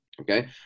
okay